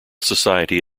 society